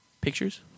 pictures